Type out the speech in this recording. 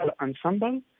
ensemble